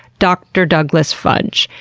dr. douglas fudge,